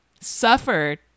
suffered